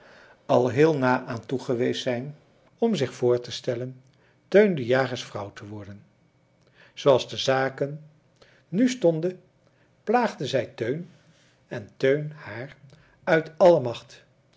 al heel na aan toe geweest zijn om zich voor te stellen teun de jagers vrouw te worden zooals de zaken nu stonden plaagde zij teun en teun haar uit alle macht